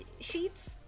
sheets